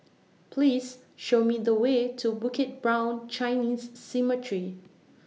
Please Show Me The Way to Bukit Brown Chinese Cemetery